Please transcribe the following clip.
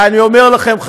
ואני אומר לכם,